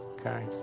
Okay